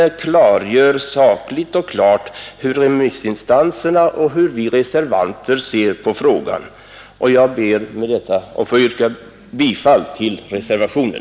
Den redogör sakligt och klart för hur remissinstanserna och vi reservanter ser på frågan. Herr talman! Jag ber med detta att få yrka bifall till reservationen.